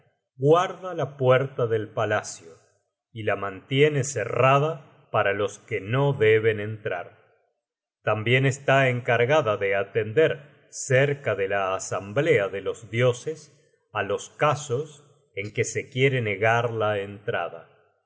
guarda la puerta del palacio y la mantiene cerrada para los que no deben entrar tambien está encargada de atender cerca de la asamblea de los dioses á los casos en que se quiere negar la entrada